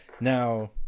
Now